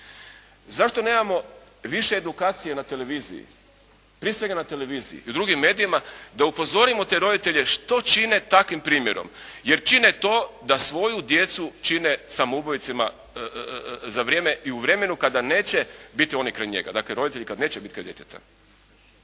Zašto nemamo više edukacije na televiziji? Prije svega na televizije i u drugim medijima da upozorimo te roditelje što čine takvim primjerom, jer čine to da svoju djecu čine samoubojicama za vrijeme i u vremenu kada neće biti oni kraj njega, dakle roditelji kada neće biti kraj djeteta.